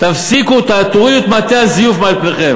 תורידו את מעטה הזיוף מעל פניכם.